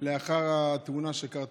לאחר התאונה שקרתה,